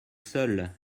seul